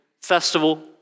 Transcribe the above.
festival